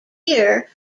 year